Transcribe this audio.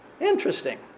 Interesting